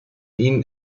ihnen